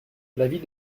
l’avis